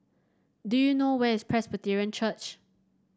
do you know where is Presbyterian Church